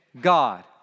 God